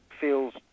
feels